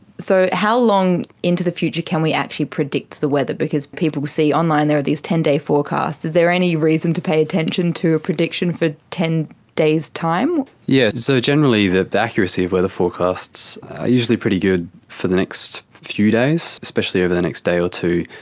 so how long into the future can we actually predict the weather because people see online there are these ten day forecasts, is there any reason to pay attention to a prediction for ten days' time? yeah so generally the the accuracy of weather forecasts are usually pretty good for the next few days, especially over the next day or two.